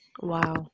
wow